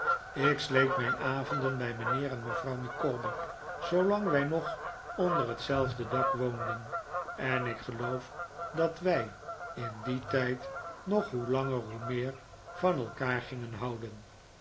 ik sleet mijn avonden bij mijnheer en mevrouw micawber zoolang wij nog onder hetzelfde dak woonden en ik geloof dat wij in dien tijd nog hoe langer hoe meer van elkaar gingen houden